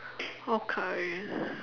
okay